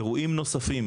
אירועים נוספים,